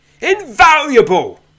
Invaluable